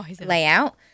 Layout